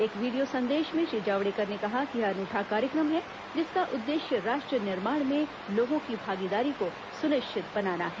एक वीडियो संदेश में श्री जावडेकर ने कहा कि यह एक अनूठा कार्यक्रम है जिसका उद्देश्य राष्ट्र निर्माण में लोगों की भागीदारी को सुनिश्चित बनाना है